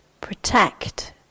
protect